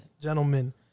gentlemen